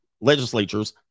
legislatures